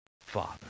father